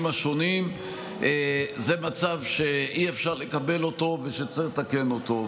השונים היא מצב שאי-אפשר לקבל אותו וצריך לתקן אותו.